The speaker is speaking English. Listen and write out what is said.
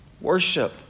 Worship